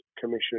Commission